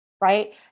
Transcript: right